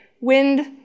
Wind